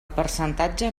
percentatge